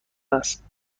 است